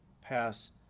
pass